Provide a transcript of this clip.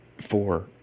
four